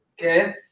Okay